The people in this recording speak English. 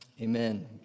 amen